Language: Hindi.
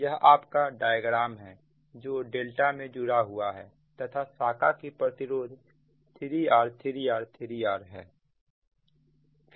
यह आपका डायग्राम है जो डेल्टा में जुड़ा हुआ है तथा शाखा की प्रतिरोध 3 R3 R3 R है